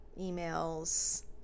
emails